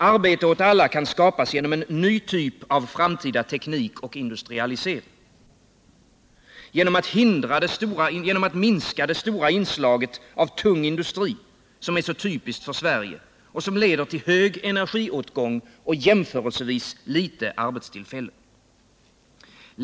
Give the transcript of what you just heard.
Arbete åt alla kan skapas genom en ny typ av framtida teknik och industrialisering, genom att man minskar det stora inslag av tung industri som är så typiskt för Sverige och som leder till stor energiåtgång och jämförelsevis få arbetstillfällen.